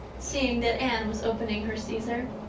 seeing that anne was opening her caesar.